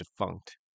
defunct